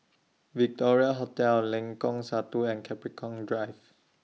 Victoria Hotel Lengkong Satu and Capricorn Drive